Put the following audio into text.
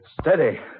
Steady